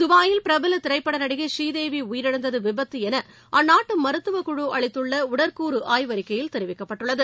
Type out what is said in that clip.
துபாயில் பிரபல திரைப்பட நடிகை ஸ்ரீதேவி உயிரிழந்தது விபத்து என அந்நாட்டு மருத்துவக் குழு அளித்துள்ள உடற்கூறு ஆய்வறிக்கையில் தெரிவிக்கப்பட்டுள்ளது